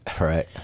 Right